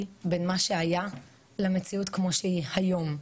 בין מה שהיה למציאות כמו שהיא היום,